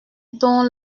donc